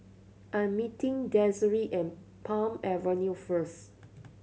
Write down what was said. I am meeting Desirae at Palm Avenue first